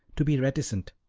to be reticent,